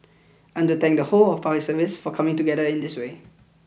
I want to thank the whole of the Public Service for coming together in this way